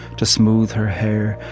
to smooth her hair,